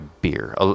beer